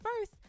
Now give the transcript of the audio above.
first